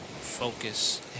focus